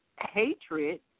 hatred